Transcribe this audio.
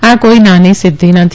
આ કોઈ નાની સિધ્ધી નથી